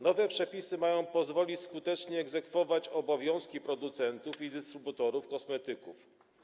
Nowe przepisy mają pozwolić skutecznie egzekwować obowiązki producentów i dystrybutorów kosmetyków.